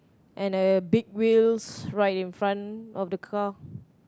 and a big wheels right in front of the car